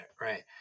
right